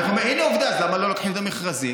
הינה, עובדה, אז למה לא לוקחים את המכרזים?